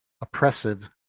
oppressive